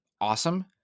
awesome